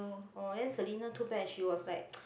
oh ya Selina too bad she was like